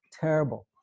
terrible